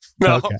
No